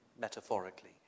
metaphorically